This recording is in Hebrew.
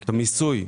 את המיסוי.